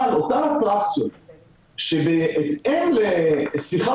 אבל אותן אטרקציות שבהתאם לשיחה,